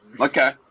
Okay